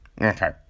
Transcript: Okay